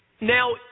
Now